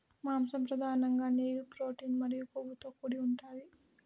మాంసం పధానంగా నీరు, ప్రోటీన్ మరియు కొవ్వుతో కూడి ఉంటాది